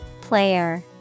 Player